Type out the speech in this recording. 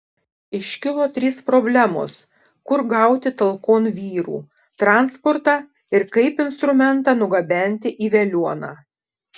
iškilo trys problemos kur gauti talkon vyrų transportą ir kaip instrumentą nugabenti į veliuoną